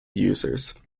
users